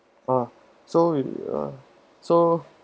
oh so you ah so